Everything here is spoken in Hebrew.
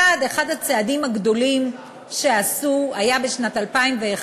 אחד הצעדים הגדולים שעשו היה בשנת 2011,